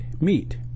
meat